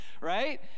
right